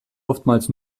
oftmals